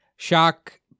shock